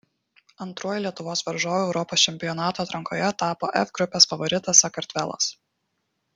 antruoju lietuvos varžovu europos čempionato atrankoje tapo f grupės favoritas sakartvelas